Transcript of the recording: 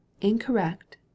incorrect